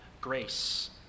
grace